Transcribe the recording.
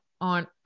on